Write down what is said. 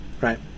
Right